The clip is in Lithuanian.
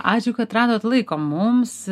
ačiū kad radot laiko mums